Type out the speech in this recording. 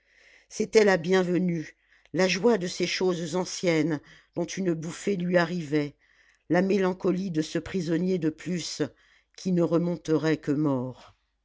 c'était la bienvenue la joie de ces choses anciennes dont une bouffée lui arrivait la mélancolie de ce prisonnier de plus qui ne remonterait que mort